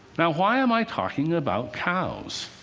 now, why am i talking about cows?